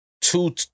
two-